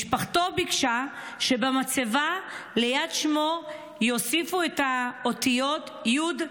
משפחתו ביקשה שבמצבה ליד שמו יוסיפו את האותיות הי"ד,